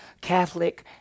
Catholic